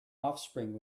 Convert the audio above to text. offspring